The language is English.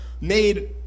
made